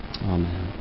Amen